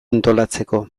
antolatzeko